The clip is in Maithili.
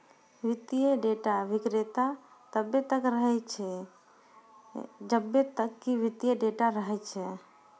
वित्तीय डेटा विक्रेता तब्बे तक रहै छै जब्बे तक कि वित्तीय डेटा रहै छै